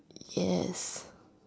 yes